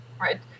right